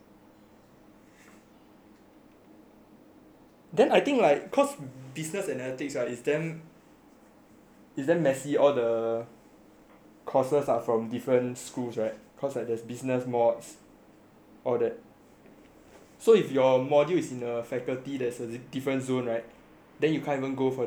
then I think like of course business analytics right is then it's damn messy all the courses are from different schools right cause like business mods all that so if your module is in the faculty that's a different zone right then you can't even go for that even if it's a tutorial loh